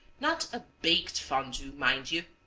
not a baked fondue, mind you.